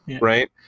Right